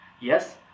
Yes